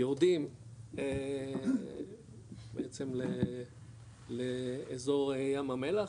יורדים בעצם לאזור ים המלח,